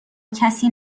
کسی